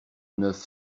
neuf